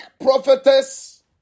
prophetess